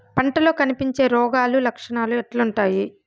పంటల్లో కనిపించే రోగాలు లక్షణాలు ఎట్లుంటాయి?